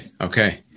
Okay